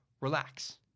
relax